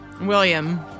William